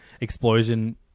explosion